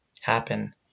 happen